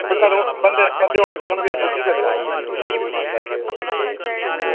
ते कदूं बंदे औने कदूं न बुकिंग करी लैओ